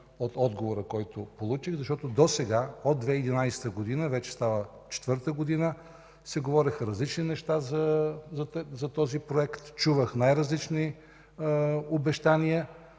от отговора, който получих, защото досега от 2011 г. – вече става четвърта година, се говореха различни неща за този проект, чувах най-различни обещания,